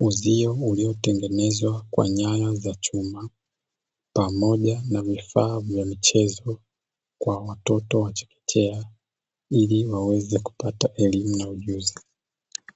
uzio uliyotengenezwa kwa nyaya za chuma pamoja na vifaa vya michezo kwa watoto wa chekechea ili waweze kupata elimu na ujuzi.